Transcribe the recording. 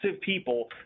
people